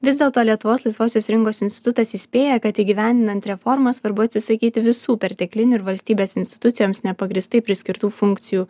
vis dėlto lietuvos laisvosios rinkos institutas įspėja kad įgyvendinant reformą svarbu atsisakyti visų perteklinių ir valstybės institucijoms nepagrįstai priskirtų funkcijų